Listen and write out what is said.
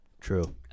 True